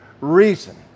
reason